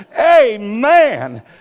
Amen